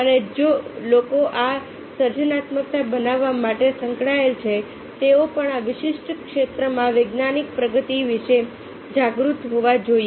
અને જે લોકો આ સર્જનાત્મકતા બનાવવા માટે સંકળાયેલા છે તેઓ પણ આ વિશિષ્ટ ક્ષેત્રોમાં વૈજ્ઞાનિક પ્રગતિ વિશે જાગૃત હોવા જોઈએ